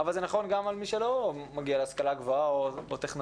אבל זה נכון גם לגבי מי שלא מגיע להשכלה הגבוהה או הטכנולוגית.